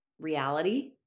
reality